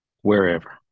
wherever